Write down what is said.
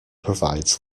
provides